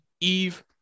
Eve